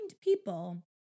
people